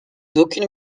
d’aucune